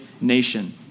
nation